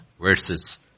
verses